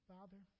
Father